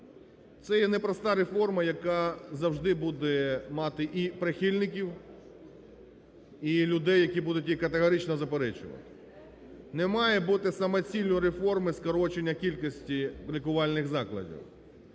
це є непроста реформа, яка завжди буде мати і прихильників, і людей, які будуть її категорично заперечувати. Немає бути самоціллю реформи скорочення кількості лікувальних закладів.